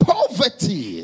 Poverty